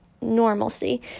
normalcy